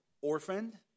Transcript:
Orphaned